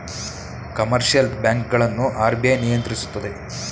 commercial bank ಗಳನ್ನು RBI ನಿಯಂತ್ರಿಸುತ್ತದೆ